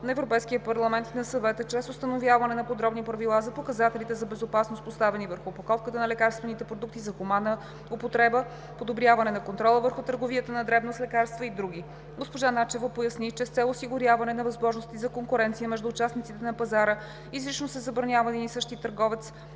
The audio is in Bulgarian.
на Европейския парламент и на Съвета чрез установяване на подробни правила за показателите за безопасност, поставени върху опаковката на лекарствените продукти за хуманна употреба, подобряване на контрола върху търговията на дребно с лекарства и други. Госпожа Начева поясни, че с цел осигуряване на възможности за конкуренция между участниците на пазара изрично се забранява един и същ търговец